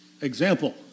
example